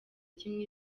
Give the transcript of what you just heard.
kimwe